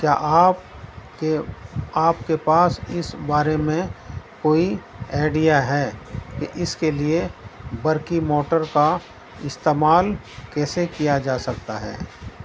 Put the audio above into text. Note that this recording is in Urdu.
کیا آپ کے آپ کے پاس اس بارے میں کوئی ایئیڈیا ہے کہ اس کے لیے برقی موٹر کا استعمال کیسے کیا جا سکتا ہے